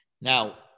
Now